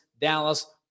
Dallas